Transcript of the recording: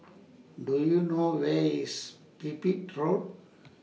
Do YOU know Where IS Pipit Road